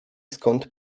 skąd